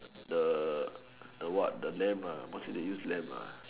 the the what the lamb what's it they use lamb